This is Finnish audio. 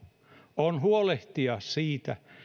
on huolehtia siitä